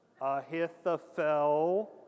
Ahithophel